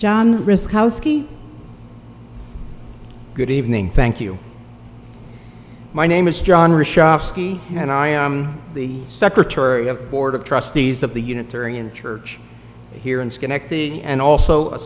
john good evening thank you my name is john and i am the secretary of board of trustees of the unitarian church here in schenectady and also a